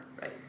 Right